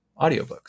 audiobooks